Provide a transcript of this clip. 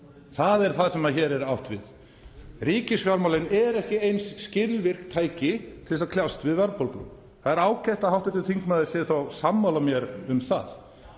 Það er það sem hér er átt við. Ríkisfjármálin eru ekki eins skilvirkt tæki til þess að kljást við verðbólgu. Það er ágætt að hv. þingmaður sé þá sammála mér um það.